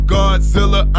Godzilla